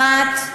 אחת,